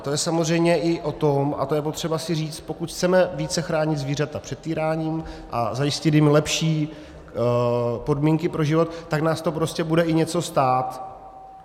To je samozřejmě i o tom, a to je potřeba si říct, pokud chceme více chránit zvířata před týráním a zajistit jim lepší podmínky pro život, tak nás to prostě bude i něco stát.